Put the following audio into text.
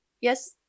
Yes